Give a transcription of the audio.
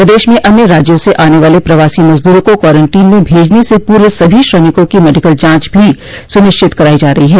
प्रदेश में अन्य राज्यों से आने वाले प्रवासी मजदूरों को क्वारंटीन में भेजने से पूर्व सभी श्रमिकों की मेडिकल जाँच भी सुनिश्चित करायी जा रही है